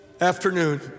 afternoon